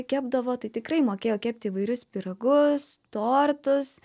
kepdavo tai tikrai mokėjo kepti įvairius pyragus tortus